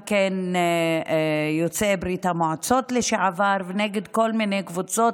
נגד יוצאי ברית המועצות לשעבר ונגד כל מיני קבוצות,